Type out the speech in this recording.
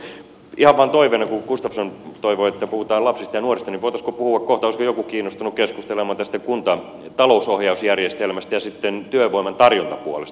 ihan vain toiveena kun gustafsson toivoi että puhutaan lapsista ja nuorista että voitaisiinko puhua kohta olisiko joku kiinnostunut keskustelemaan tästä kuntien talousohjausjärjestelmästä ja sitten työvoiman tarjontapuolesta